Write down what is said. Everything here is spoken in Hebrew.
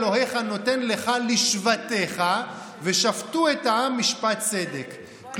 אלוקיך נותן לך לשבטיך ושפטו את העם משפט צדק".